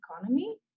economy